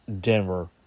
Denver